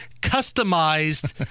customized